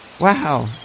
wow